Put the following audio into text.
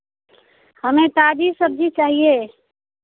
हमें ताज़ा सब्ज़ी चाहिए